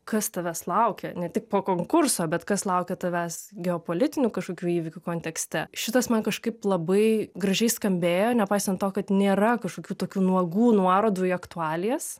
kas tavęs laukia ne tik po konkurso bet kas laukia tavęs geopolitinių kažkokių įvykių kontekste šitas man kažkaip labai gražiai skambėjo nepaisant to kad nėra kažkokių tokių nuogų nuorodų į aktualijas